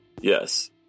Yes